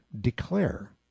declare